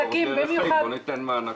--- בוא ניתן מענקים.